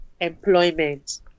employment